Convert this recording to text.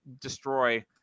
destroy